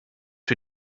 für